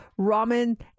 ramen